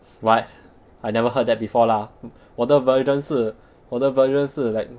what I never heard that before lah 我的 version 是我的 version 是 like